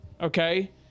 okay